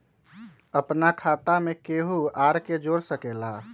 अपन खाता मे केहु आर के जोड़ सके ला?